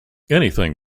anything